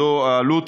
זו העלות.